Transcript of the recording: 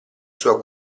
sua